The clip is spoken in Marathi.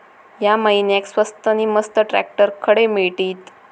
या महिन्याक स्वस्त नी मस्त ट्रॅक्टर खडे मिळतीत?